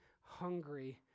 hungry